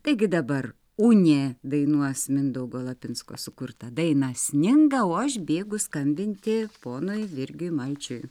taigi dabar unė dainuos mindaugo lapinsko sukurtą dainą sninga o aš bėgu skambinti ponui virgiui malčiui